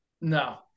No